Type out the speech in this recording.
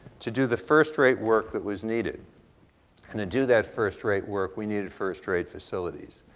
to do the first-rate work that was needed and to do that first-rate work we needed first-rate facilities.